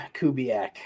Kubiak